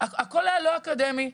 הכל היה לא אקדמי.